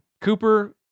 Cooper